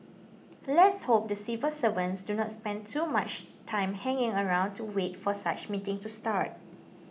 let's hope the civil servants do not spend too much time hanging around to wait for such meetings to start